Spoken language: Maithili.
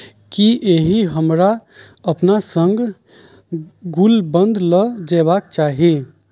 की एहि हमरा अपना सङ्ग गुलबंद लऽ जेबाक चाही